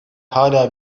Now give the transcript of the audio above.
hâlâ